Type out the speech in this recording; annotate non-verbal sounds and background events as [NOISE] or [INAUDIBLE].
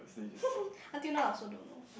[LAUGHS] until now I also don't know